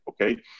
okay